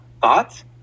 Thoughts